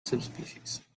subspecies